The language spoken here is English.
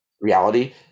reality